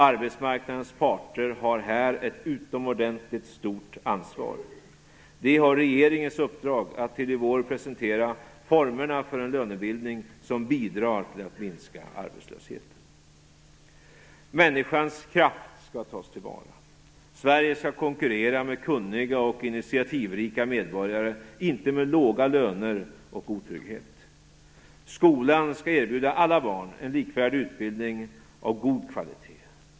Arbetsmarknadens parter har här ett utomordentligt stort ansvar. De har regeringens uppdrag att till i vår presentera formerna för en lönebildning som bidrar till att minska arbetslösheten. Människans kraft skall tas till vara. Sverige skall konkurrera med kunniga och initiativrika medborgare, inte med låga löner och otrygghet. Skolan skall erbjuda alla barn en likvärdig utbildning av god kvalitet.